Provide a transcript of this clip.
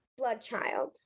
Bloodchild